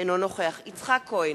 אינו נוכח יצחק כהן,